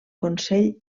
consell